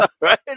right